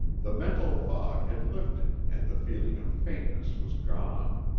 the mental fog had lifted and the feeling of faintness was gone.